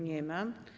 Nie ma.